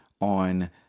on